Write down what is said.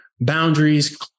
boundaries